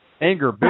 Anger